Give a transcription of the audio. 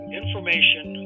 information